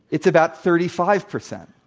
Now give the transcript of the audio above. it's about thirty five percent.